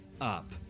up